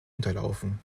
unterlaufen